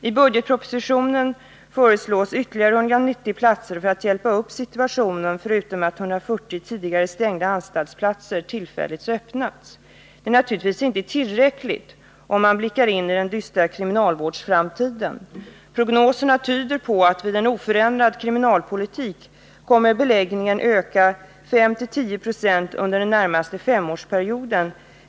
I budgetpropositionen föreslås ytterligare 190 platser för att hjälpa upp situationen, förutom att 140 tidigare stängda anstaltsplatser tillfälligt har öppnats. Detta är naturligtvis inte tillräckligt, vilket framgår om man blickar ini den dystra kriminalvårdsframtiden. Prognoserna tyder på att beläggningen kommer att öka med 5—10 96 under den närmaste femårsperioden, med en oförändrad kriminalpolitik.